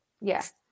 yes